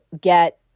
get